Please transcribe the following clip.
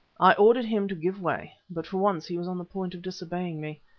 i ordered him to give way, but for once he was on the point of disobeying me.